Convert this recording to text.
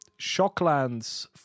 Shocklands